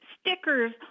stickers